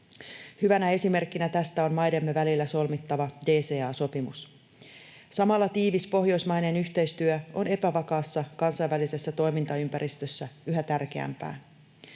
Hyvänä esimerkkinä tästä on maidemme välillä solmittava DCA-sopimus. Samalla tiivis pohjoismainen yhteistyö on epävakaassa kansainvälisessä toimintaympäristössä yhä tärkeämpää.